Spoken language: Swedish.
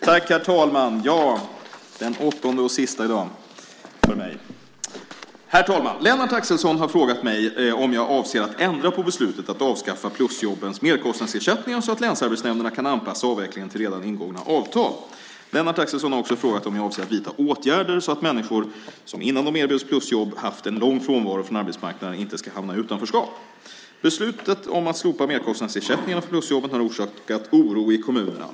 Herr talman! Lennart Axelsson har frågat mig om jag avser att ändra på beslutet att avskaffa plusjobbens merkostnadsersättningar så att länsarbetsnämnderna kan anpassa avvecklingen till redan ingångna avtal. Lennart Axelsson har också frågat om jag avser att vidta åtgärder så att människor, som innan de erbjöds plusjobb haft en lång frånvaro från arbetsmarknaden, inte ska hamna i utanförskap. Beslutet om att slopa merkostnadsersättningarna för plusjobben har orsakat oro i kommunerna.